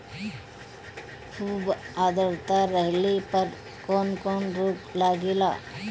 खुब आद्रता रहले पर कौन कौन रोग लागेला?